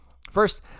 First